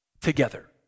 together